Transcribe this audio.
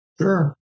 Sure